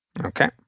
Okay